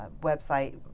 website